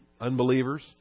unbelievers